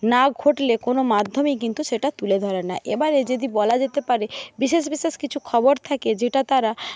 না ঘটলে কোনো মাধ্যমই কিন্তু সেটা তুলে ধরে না এবারে যদি বলা যেতে পারে বিশেষ বিশেষ কিছু খবর থাকে যেটা তারা